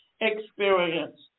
experience